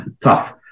tough